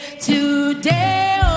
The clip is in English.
today